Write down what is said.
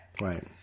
Right